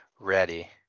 ready